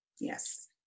Yes